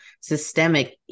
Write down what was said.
systemic